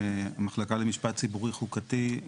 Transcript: המחלקה למשפט ציבורי חוקתי,